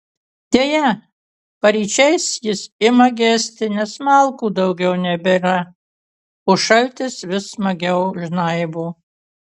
deja paryčiais jis ima gesti nes malkų daugiau nebėra o šaltis vis smagiau žnaibo